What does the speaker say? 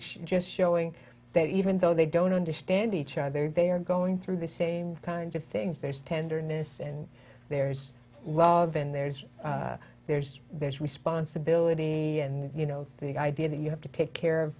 it's just showing that even though they don't understand each other they are going through the same kinds of things there's tenderness and there's love and there's there's there's responsibility and you know the idea that you have to take care of